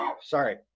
Sorry